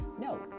No